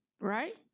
right